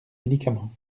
médicaments